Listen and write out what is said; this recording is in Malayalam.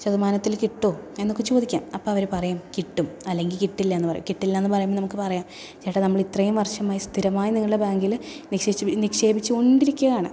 ശതമാനത്തിൽ കിട്ടുമോ എന്നൊക്കെ ചോദിക്കാം അപ്പോൾ അവർ പറയും കിട്ടും അല്ലെങ്കിൽ കിട്ടില്ല എന്ന് പറയും കിട്ടില്ല എന്ന് പറയുമ്പോൾ നമുക്ക് പറയാം ചേട്ടാ നമ്മൾ ഇത്രയും വർഷമായി സ്ഥിരമായി നിങ്ങളുടെ ബാങ്കിൽ നിക്ഷേപിച്ചു നിക്ഷേപിച്ചുകൊണ്ടിരിക്കുകയാണ്